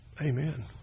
Amen